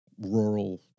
rural